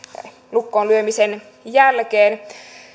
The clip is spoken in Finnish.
lukkoonlyömisen jälkeen on